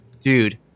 dude